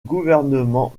gouvernement